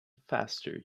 faster